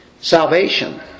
Salvation